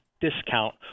discount